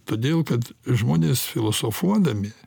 todėl kad žmonės filosofuodami